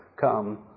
come